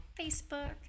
Facebook